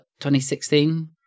2016